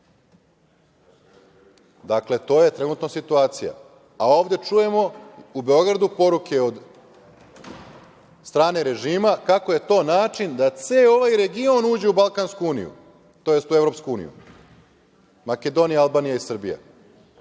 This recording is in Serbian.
Dakle, to je trenutno situacija, a ovde čujemo u Beogradu poruke od strane režima kako je to način da ceo ovaj region uđe u Balkansku uniju tj. EU, Makedonija, Albanija i Srbija. Da